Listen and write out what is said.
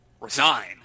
Resign